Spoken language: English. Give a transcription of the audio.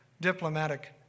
diplomatic